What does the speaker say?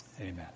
Amen